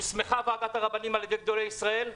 הוסמכה ועדת רבנים על-ידי גדולי ישראל?